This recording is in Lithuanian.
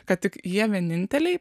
kad tik jie vieninteliai